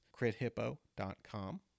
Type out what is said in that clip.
crithippo.com